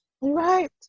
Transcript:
Right